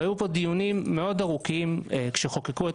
היו כאן דיונים מאוד ארוכים עת חוקקו את